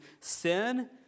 sin